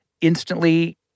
instantly